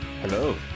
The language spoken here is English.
hello